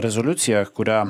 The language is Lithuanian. rezoliuciją kuria